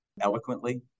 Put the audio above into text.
eloquently